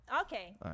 Okay